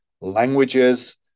languages